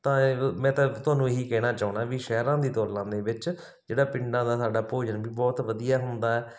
ਤਾਂ ਔ ਮੈਂ ਤਾਂ ਤੁਹਾਨੂੰ ਇਹੀ ਕਹਿਣਾ ਚਾਹੁੰਦਾ ਵੀ ਸ਼ਹਿਰਾਂ ਦੀ ਤੁਲਨਾ ਦੇ ਵਿੱਚ ਜਿਹੜਾ ਪਿੰਡਾਂ ਦਾ ਸਾਡਾ ਭੋਜਨ ਵੀ ਬਹੁਤ ਵਧੀਆ ਹੁੰਦਾ